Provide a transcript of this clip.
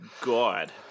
God